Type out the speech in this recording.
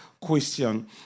Question